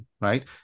right